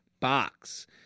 box